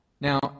now